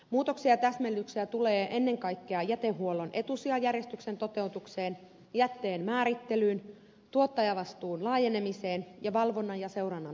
muutoksia ja täsmennyksiä tulee ennen kaikkea jätehuollon etusijajärjestyksen toteutukseen jätteen määrittelyyn tuottajavastuun laajenemiseen ja valvonnan ja seurannan tehostamiseen